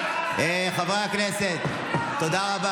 מחבלים טרוריסטים.